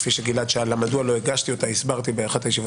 גלעד שאל מדוע לא הגשתי אותה והסברתי באחת הישיבות